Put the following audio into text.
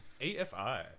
AFI